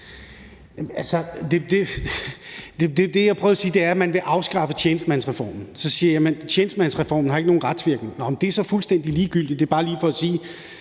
Det, jeg prøver at sige, er, at man vil afskaffe tjenestemandsreformen. Så siger jeg, at tjenestemandsreformen ikke har nogen retsvirkning, men det er så fuldstændig ligegyldigt. Det er bare for lige at sige,